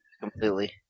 Completely